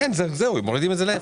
אין, זהו, מורידים את זה לאפס.